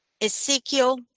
Ezekiel